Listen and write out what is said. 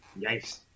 Yikes